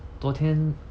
昨天